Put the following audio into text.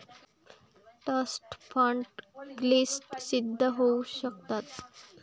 trust fund क्लिष्ट सिद्ध होऊ शकतात